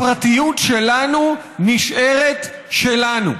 הפרטיות שלנו נשארת שלנו.